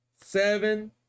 seven